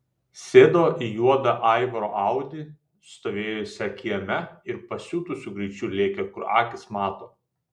sėdo į juodą aivaro audi stovėjusią kieme ir pasiutusiu greičiu lėkė kur akys mato